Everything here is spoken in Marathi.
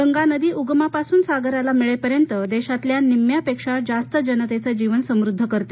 गंगा नदी उगमापासून सागराला मिळेपर्यंत देशातल्या निम्म्यापेक्षा जास्त जनतेचं जीवन समृद्ध करते